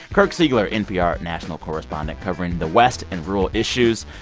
kirk siegler, npr national correspondent covering the west and rural issues.